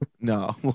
no